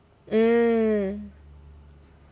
mm